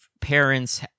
parents